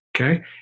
okay